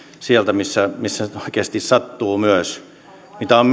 sieltä missä missä se oikeasti sattuu myös niin tämä on